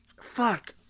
fuck